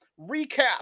recap